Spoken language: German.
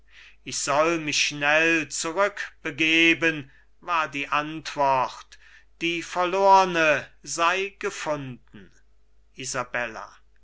ich soll mich schnell zurückbegeben war die antwort die verlorne sei gefunden